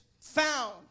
found